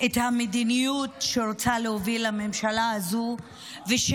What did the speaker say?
את המדיניות שרוצה להוביל הממשלה הזו ושהיא